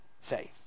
faith